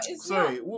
Sorry